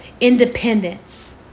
independence